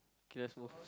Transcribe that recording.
K let's move